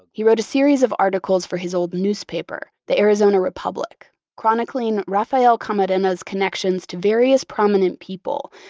he wrote a series of articles for his old newspaper, the arizona republic, chronicling rafael camarena's connections to various prominent people,